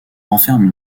renferment